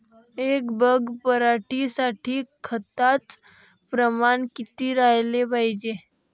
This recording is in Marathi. एक बॅग पराटी साठी खताचं प्रमान किती राहाले पायजे?